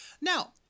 Now